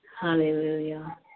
Hallelujah